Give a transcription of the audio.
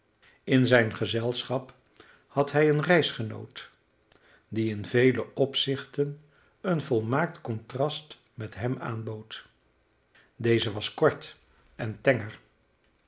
in zijn gezelschap had hij een reisgenoot die in vele opzichten een volmaakt contrast met hem aanbood deze was kort en tenger